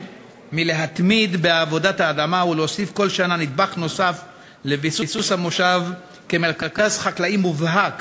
מלהתמיד בעבודת האדמה ולהוסיף כל שנה נדבך לביסוס המושב כמרכז חקלאי מובהק